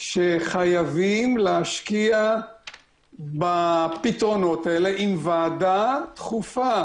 שחייבים להשקיע בפתרונות האלה עם ועדה דחופה